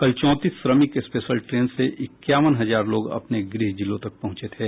कल चौंतीस श्रमिक स्पेशल ट्रेन से इक्यावन हजार लोग अपने गृह जिलों तक पहुंचे थे